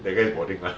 that guy is balding lah